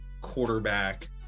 quarterback